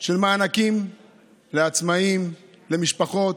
של מענקים לעצמאים, למשפחות.